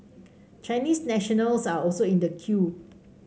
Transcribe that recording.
Chinese nationals are also in the queue